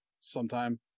sometime